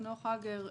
חנוך הגר,